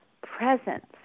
presence